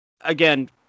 again